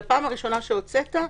שהוצאת,